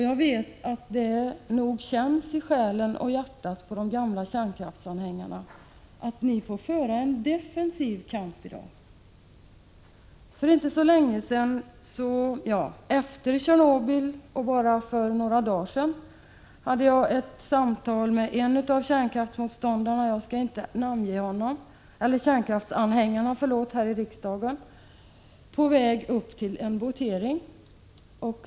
Jag vet att det känns i själen och hjärtat på de gamla kärnkraftsanhängarna att de får föra en defensiv kamp i dag. Efter Tjernobyl och bara för några dagar sedan hade jag ett samtal med en av kärnkraftsanhängarna här i riksdagen — jag skall inte namnge honom — på väg upp till en votering.